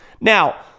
Now